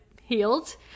healed